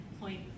point